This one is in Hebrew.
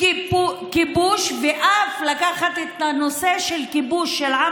כיבוש ואף בלקיחת הנושא של כיבוש של עם